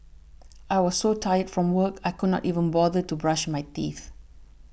I was so tired from work I could not even bother to brush my teeth